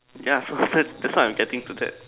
ya so that that's why I'm getting to that